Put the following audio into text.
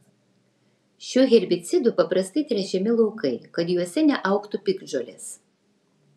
šiuo herbicidu paprastai tręšiami laukai kad juose neaugtų piktžolės